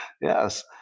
Yes